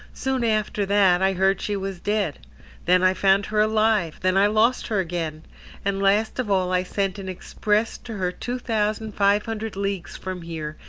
soon after that i heard she was dead then i found her alive then i lost her again and last of all, i sent an express to her two thousand five hundred leagues from here,